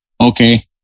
okay